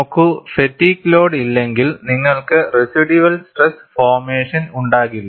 നോക്കൂ fatigue loading ഇല്ലെങ്കിൽ നിങ്ങൾക്ക് റെസിഡ്യൂവൽ സ്ട്രെസ് ഫോർമേഷൻ ഉണ്ടാകില്ല